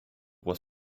was